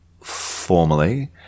formally